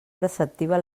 preceptiva